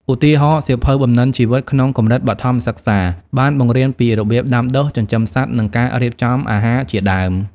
ឧទាហរណ៍ សៀវភៅ បំណិនជីវិត ក្នុងកម្រិតបឋមសិក្សាបានបង្រៀនពីរបៀបដាំដុះ ចិញ្ចឹមសត្វ និងការរៀបចំអាហារជាដើម។